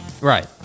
Right